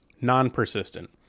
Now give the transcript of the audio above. non-persistent